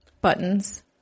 buttons